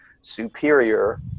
superior